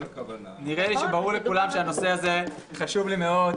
נראה לי שברור לכולם שהנושא הזה חשוב לי מאוד.